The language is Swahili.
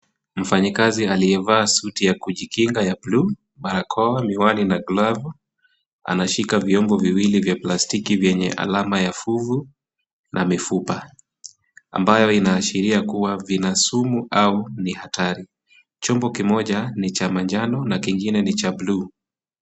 Mfanyikazi aliyevaa suti ya kujikinga ya blue , barakoa, miwani na glavu anashika vyombo viwili vya plastiki vyenye alama ya fuvu na mifupa ambayo inaashiria kuwa vina sumu au ni hatari. Chombo kimoja ni cha majano na kingine ni cha blue .